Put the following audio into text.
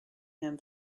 him